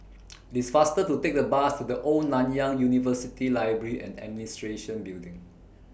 It's faster to Take The Bus to The Old Nanyang University Library and Administration Building